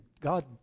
god